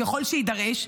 ככל שיידרש,